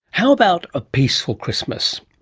how about a peaceful christmas?